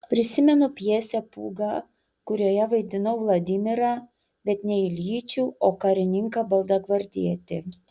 prisimenu pjesę pūga kurioje vaidinau vladimirą bet ne iljičių o karininką baltagvardietį